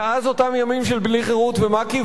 מאז אותם ימים של "בלי חרות ומק"י".